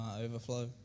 overflow